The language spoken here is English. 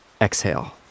exhale